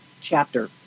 chapter